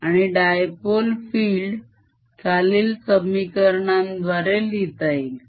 आणि dipole field खालील समिकारणांद्वारे लिहिता येईल